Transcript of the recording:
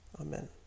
Amen